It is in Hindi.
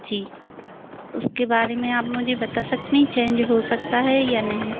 जी उसके बारे में मुझे आप बता सकते हैं चेंज हो सकता है या नहीं